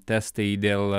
testai dėl